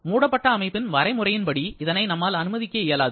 மூடப்பட்ட அமைப்பின் வரை முறையின்படி இதனை நம்மால் அனுமதிக்க இயலாது